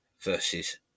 versus